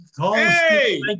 hey